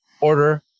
order